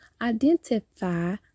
identify